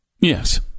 Yes